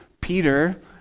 Peter